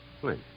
Please